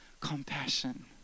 Compassion